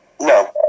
No